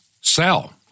sell